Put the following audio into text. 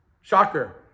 Shocker